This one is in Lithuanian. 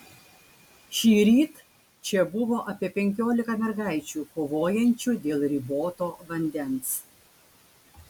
šįryt čia buvo apie penkiolika mergaičių kovojančių dėl riboto vandens